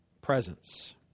presence